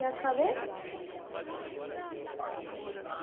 केह् आक्खा दे